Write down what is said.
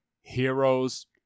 heroes